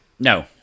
No